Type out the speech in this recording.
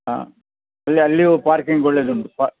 ಹಾಂ ಅಲ್ಲಿ ಅಲ್ಲಿಯೂ ಪಾರ್ಕಿಂಗ್ ಒಳ್ಳೆಯದುಂಟು ಪಾ